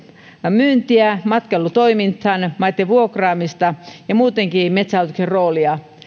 myyntiä matkailutoimintaan maitten vuokraamista ja muutenkin metsähallituksen roolia